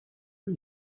but